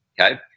Okay